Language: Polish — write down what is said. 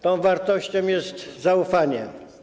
Tą wartością jest zaufanie.